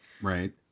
Right